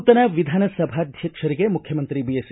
ನೂತನ ವಿಧಾನಸಭಾಧ್ಯಕ್ಷರಿಗೆ ಮುಖ್ಯಮಂತ್ರಿ ಬಿಎಸ್